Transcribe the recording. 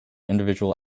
individual